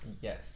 Yes